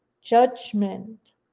judgment